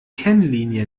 kennlinie